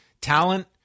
talent